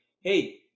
hey